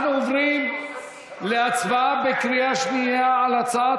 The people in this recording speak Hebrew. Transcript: אנחנו עוברים להצבעה בקריאה שנייה על הצעת